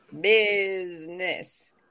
Business